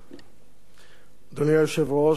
אדוני היושב-ראש, כנסת נכבדה,